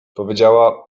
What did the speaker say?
powiedziała